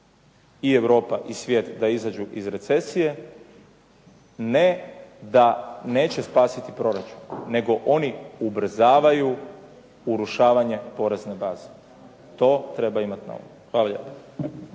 i Europa i svijet da izađu iz recesije ne da neće spasiti proračun, nego oni ubrzavaju urušavanje porezne baze. To treba imati na umu. Hvala lijepa.